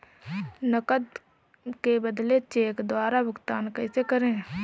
नकद के बदले चेक द्वारा भुगतान कैसे करें?